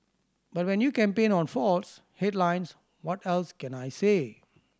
but when you campaign on faults headlines what else can I say